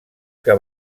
que